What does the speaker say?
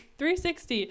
360